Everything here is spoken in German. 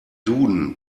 duden